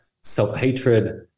self-hatred